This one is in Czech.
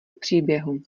příběhu